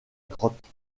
grotte